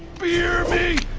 fear me,